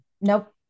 Nope